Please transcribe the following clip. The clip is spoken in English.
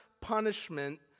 punishment